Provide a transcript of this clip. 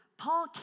Paul